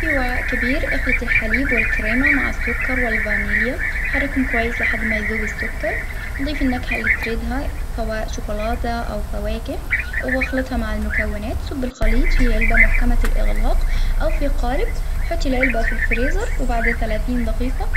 في وعاء كبير إخلطي الحليب والكريمة مع السكر والفانيليا، حركهم كويس لحد ما يذوب السكر، نضيف النكهة اللي تريدها سواء شوكولاتة أو فواكه، وباخلطها مع المكونات، صب الخليط في علبة محكمة الإغلاق أو في قال، حطي العلبة في الفريزر وبعد تلاتين دقيقة.